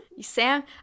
Sam